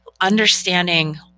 understanding